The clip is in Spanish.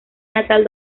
natal